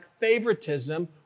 favoritism